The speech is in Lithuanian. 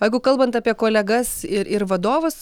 o jeigu kalbant apie kolegas ir ir vadovus